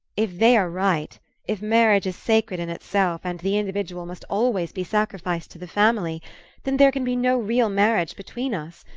if they are right if marriage is sacred in itself and the individual must always be sacrificed to the family then there can be no real marriage between us,